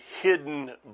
hidden